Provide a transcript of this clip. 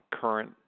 current